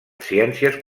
ciències